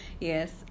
Yes